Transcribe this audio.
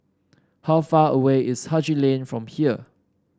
how far away is Haji Lane from here